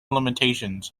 limitations